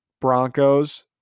Broncos